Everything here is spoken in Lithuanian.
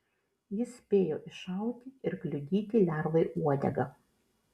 jis spėjo iššauti ir kliudyti lervai uodegą